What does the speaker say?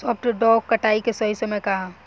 सॉफ्ट डॉ कटाई के सही समय का ह?